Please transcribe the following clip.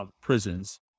prisons